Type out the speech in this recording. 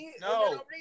no